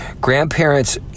grandparents